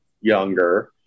younger